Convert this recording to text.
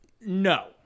No